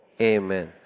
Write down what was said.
Amen